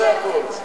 זה הכול.